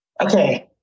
Okay